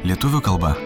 lietuvių kalba